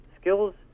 skills